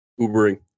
Ubering